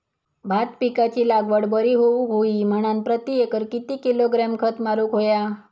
भात पिकाची लागवड बरी होऊक होई म्हणान प्रति एकर किती किलोग्रॅम खत मारुक होया?